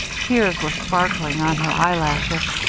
tears were sparkling on her eyelashes,